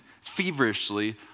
feverishly